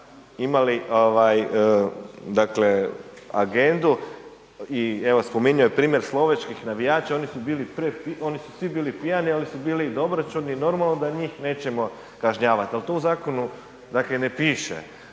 dakle agendu i evo spominjao je primjer Slovačkih navijača, oni su bili, oni su svi bili pijani, ali su bili i dobroćudni i normalno da njih nećemo kažnjavati, al to u zakonu dakle